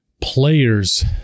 players